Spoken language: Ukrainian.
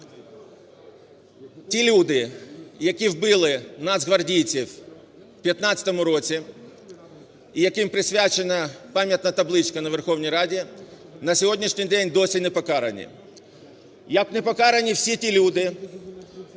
ті люди, які вбили нацгвардійців в 15-му році і яким присвячена пам'ятна табличка на Верховній Раді, на сьогоднішній день досі непокарані. Як непокарані всі ті люди,